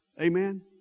Amen